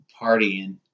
partying